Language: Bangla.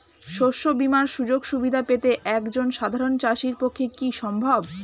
শস্য বীমার সুযোগ সুবিধা পেতে একজন সাধারন চাষির পক্ষে কি সম্ভব?